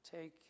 take